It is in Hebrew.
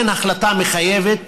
אין החלטה מחייבת